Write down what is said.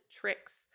tricks